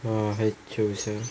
!wah! 还久 sia